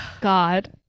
God